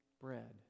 bread